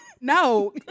No